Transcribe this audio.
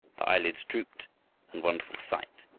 the eyelids drooped and, wonderful sight,